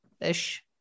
ish